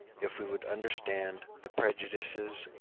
if we would understand the prejudices,